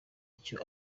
icyo